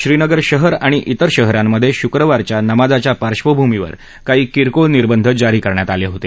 श्रीनगर शहर आणि इतर शहरांमध्ये शुक्रवारच्या नमाजाच्या पार्श्वभूमीवर काही किरकोळ निर्बंध जारी करण्यात आले होते